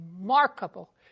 remarkable